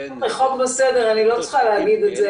חוק וסדר אני לא צריכה להגיד את זה